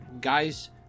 Guys